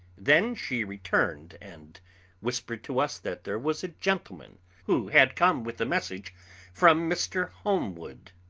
then she returned and whispered to us that there was a gentleman who had come with a message from mr. holmwood.